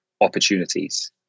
opportunities